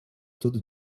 todo